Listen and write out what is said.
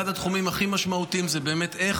אחד התחומים הכי משמעותיים זה באמת איך